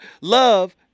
love